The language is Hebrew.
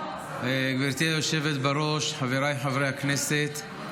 גברתי היושבת-ראש, חבריי חברי הכנסת,